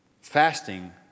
Fasting